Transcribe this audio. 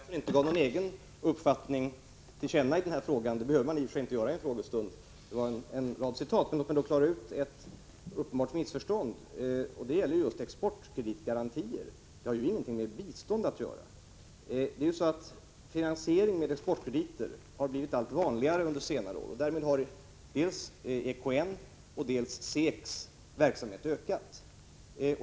Herr talman! Jag noterar att Alf Svensson inte gav någon egen uppfattning till känna i den här frågan — i och för sig behöver man inte göra det i en frågestund — utan bara åberopade en rad citat. Låt mig ändå klara ut ett uppenbart missförstånd. Missförståndet gäller exportkreditgarantier. De har ingenting med bistånd att göra. Finansiering med exportkrediter har blivit allt vanligare under senare år. Därmed har dels EKN:s, dels SEK:s verksamhet ökat.